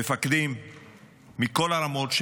מפקדים מכל הרמות,